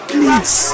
Please